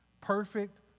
Perfect